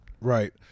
Right